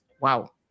wow